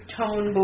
tone